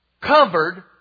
covered